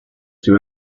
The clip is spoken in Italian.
sue